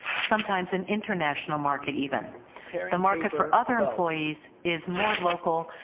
sometimes an international market, even the market for other employees, is more local.